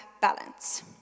balance